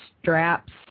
straps